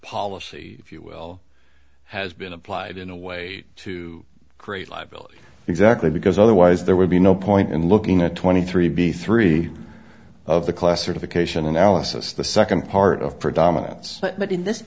policy if you will has been applied in a way to great liability exactly because otherwise there would be no point in looking at twenty three b three of the classification analysis the second part of predominance but in this